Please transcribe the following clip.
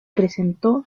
presentó